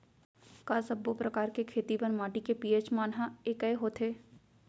का सब्बो प्रकार के खेती बर माटी के पी.एच मान ह एकै होथे?